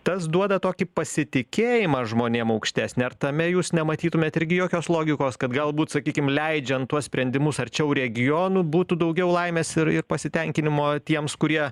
tas duoda tokį pasitikėjimą žmonėm aukštesnį ar tame jūs nematytumėt irgi jokios logikos kad galbūt sakykim leidžiant tuos sprendimus arčiau regionų būtų daugiau laimės ir ir pasitenkinimo tiems kurie